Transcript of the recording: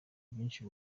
byinshi